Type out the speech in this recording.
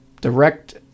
direct